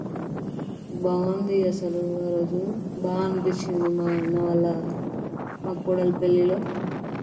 బాగుంది అసలు ఆరోజు బాగా అనిపించింది మా అన్న వాళ్ళ మా కొడలి పెళ్ళిలో